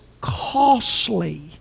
costly